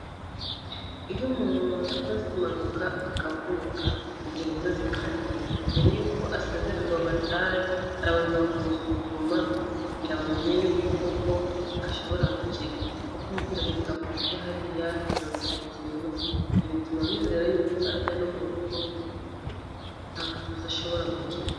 Iyo umuntu yakoze impanuka akavunika ingingo ze zikangirika, mbere y'uko asezererwa ngo atahe, barabanza bakamusuzuma kugirango bamenye yuko koko ashobora gukira, nko kumubwira ati ''tambuka ujye hariya, terura iki kintu, ibyo bituma bizera yuko najya no mu rugo nta kabuza ashobora gukira.